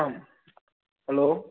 hello